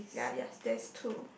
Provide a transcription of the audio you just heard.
ya yes there's two